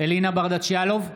אלינה ברדץ' יאלוב,